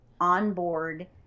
onboard